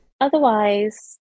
otherwise